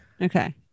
Okay